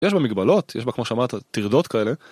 יש בה מגבלות, יש בה כמו שאמרת, טרדות כאלה.